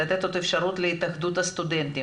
לתת אפשרות להתאחדות הסטודנטים.